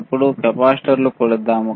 ఇప్పుడు కెపాసిటర్ను కొలుద్దాం